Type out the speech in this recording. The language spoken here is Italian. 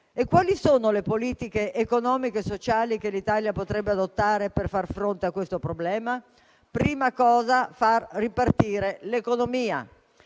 Quali sono le politiche economiche e sociali che l'Italia potrebbe adottare per far fronte a questo problema? La prima cosa è far ripartire l'economia: